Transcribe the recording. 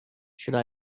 should